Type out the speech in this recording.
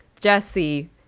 Jesse